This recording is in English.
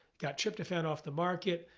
got tryptophan off the market.